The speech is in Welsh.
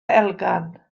elgan